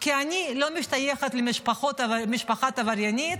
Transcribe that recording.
כי אני לא משתייכת למשפחה עבריינית,